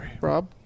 Rob